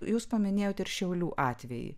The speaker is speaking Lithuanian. jūs paminėjot ir šiaulių atvejį